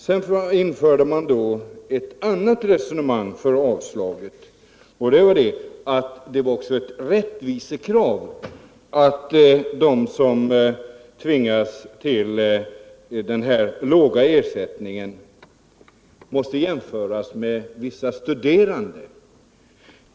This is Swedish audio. Vidare förde Eva Winther ett annat resonemang för att motivera avslaget: det skulle också vara ett rättvisekrav att de som tvingades till den låga ersättningen måste jämföras med vissa studerande, som också har låga ersättningar.